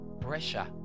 pressure